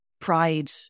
pride